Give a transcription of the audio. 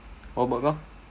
how about kau